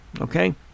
okay